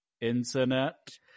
internet